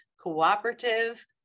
cooperative